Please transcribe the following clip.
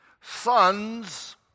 Sons